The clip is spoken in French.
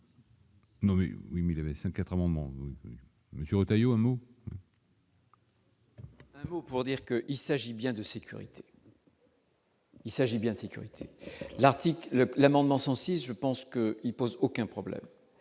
oui, mais il avait 5 4 amendements monsieur Retailleau. Un mot pour dire qu'il s'agit bien de sécurité. Il s'agit bien de sécurité l'article l'amendement 106 je pense qu'il pose aucun problème